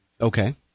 Okay